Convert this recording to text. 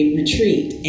retreat